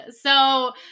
So-